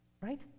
Right